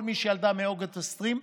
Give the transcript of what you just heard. כל מי שילדה מאוגוסט 2020,